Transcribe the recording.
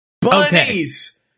bunnies